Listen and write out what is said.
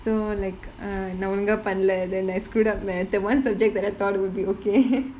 so like err நான் ஒழுங்கா பண்ணல:naan olunga pannala then I screwed up mathematics that [one] subject that I thought it would be okay